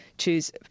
choose